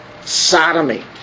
sodomy